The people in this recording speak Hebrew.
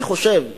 אני חושב שנכון,